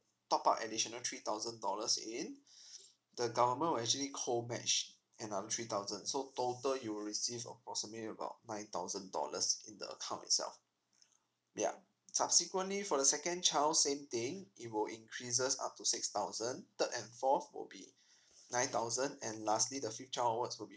top up additional three thousand dollars in the government will actually co match another three thousand so total you will receive approximately about nine thousand dollars in the account itself ya subsequently for the second child same thing it will increases up to six thousand third and fourth will be nine thousand and lastly the fifth child onwards will be